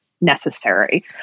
necessary